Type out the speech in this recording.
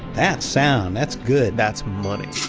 that's sound. that's good. that's money.